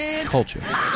culture